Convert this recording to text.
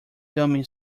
dummy